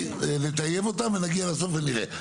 נטייב אותם ונגיע לסוף ונראה.